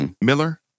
Miller